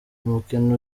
umukino